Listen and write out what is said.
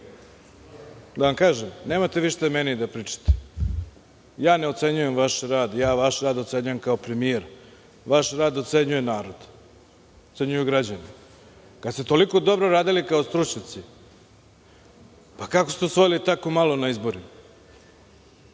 Da vam kažem, nemate šta vi mene da pričate, ja ne ocenjujem vaš rad, ja vaš rad ocenjujem kao premijer, vaš rad ocenjuje narod, ocenjuju građani. Kada ste toliko dobro radili kao stručnjaci, kako ste osvojili tako malo na izborima.